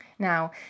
Now